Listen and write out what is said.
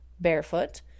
barefoot